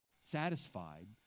satisfied